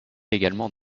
également